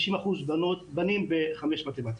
50% בנים בחמש יחידות מתמטיקה.